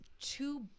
two